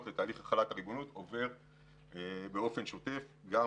לתהליך החלת הריבונות עובר באופן שוטף גם